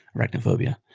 arachnophobia.